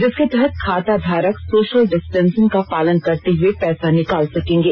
जिसके तहत खाताधारक सोशल डिस्टेंसिंग का पालन करते हुए पैसा निकाल सकेंगे